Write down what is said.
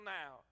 now